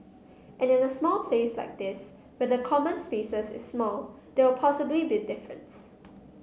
and in a small place like this where the common spaces is small there will possibly be difference